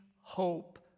hope